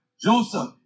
Joseph